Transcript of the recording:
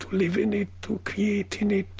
live in it, to create in it,